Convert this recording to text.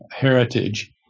Heritage